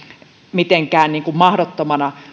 mitenkään mahdottomana